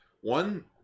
One